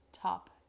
top